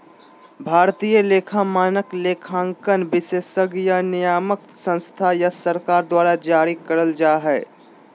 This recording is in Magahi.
भारतीय लेखा मानक, लेखांकन विशेषज्ञ या नियामक संस्था या सरकार द्वारा जारी करल जा हय